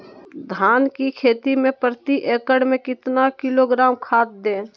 धान की खेती में प्रति एकड़ में कितना किलोग्राम खाद दे?